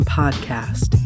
podcast